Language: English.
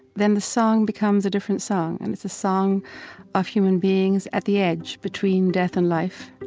then the song becomes a different song. and it's a song of human beings at the edge between death and life,